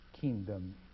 kingdom